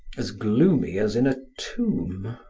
as gloomy as in a tomb.